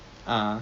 ah